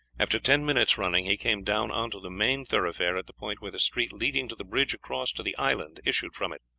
after ten minutes' running, he came down on to the main thoroughfare at the point where the street leading to the bridge across to the island issued from it.